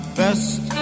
best